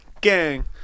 Gang